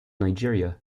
nigeria